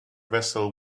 vessel